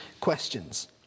questions